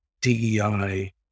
DEI